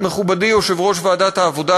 מכובדי יושב-ראש ועדת העבודה,